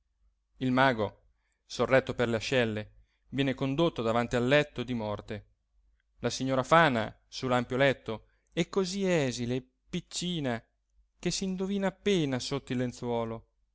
il mago sorretto per le ascelle viene condotto davanti al letto di morte la signora fana su l'ampio letto è così esile e piccina che s'indovina appena sotto il lenzuolo